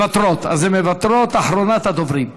אז הן מוותרות, אז אחרונת הדוברים,